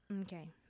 Okay